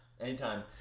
Anytime